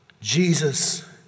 Jesus